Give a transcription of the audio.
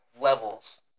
levels